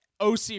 OC